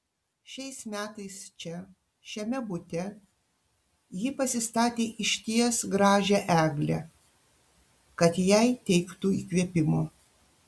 šiais metais čia šiame bute ji pasistatė išties gražią eglę kad jai teiktų įkvėpimo